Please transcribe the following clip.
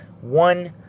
one